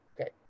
Okay